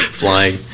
flying